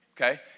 okay